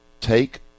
take